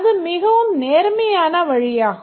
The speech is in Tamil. அது மிகவும் நேர்மையான வழியாகும்